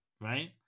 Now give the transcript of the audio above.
right